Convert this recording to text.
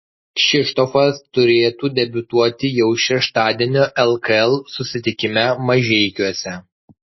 kšištofas turėtų debiutuoti jau šeštadienio lkl susitikime mažeikiuose